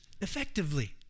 effectively